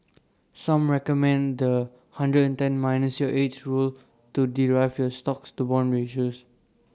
some recommend The One hundred and ten minus your age rule to derive your stocks to bonds ratio